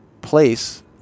Place